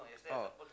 oh